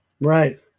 Right